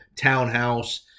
townhouse